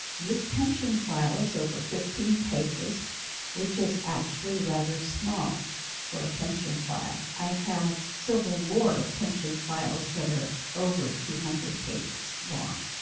this pension file is over fifteen pages which is actually rather small for a pension file i have civil war pension files that are over two hundred pages long.